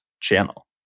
channel